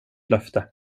löfte